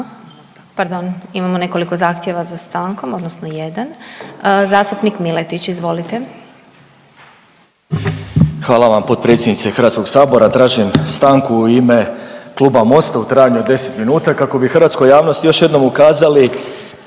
pardon. Imamo nekoliko zahtjeva za stankom, odnosno zastupnik Miletić. Izvolite. **Miletić, Marin (MOST)** Hvala vam potpredsjednice Hrvatskog sabora. Tražim stanku u ime kluba Mosta u trajanju od 10 minuta kako bi hrvatskoj javnosti ukazali